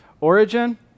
Origin